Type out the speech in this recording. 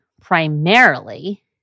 primarily